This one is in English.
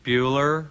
Bueller